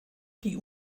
die